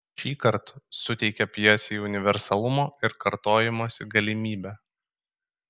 šįkart suteikia pjesei universalumo ir kartojimosi galimybę